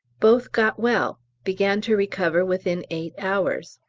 both got well, began to recover within eight hours.